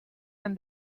and